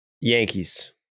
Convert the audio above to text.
Yankees